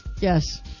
Yes